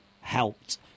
helped